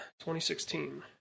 2016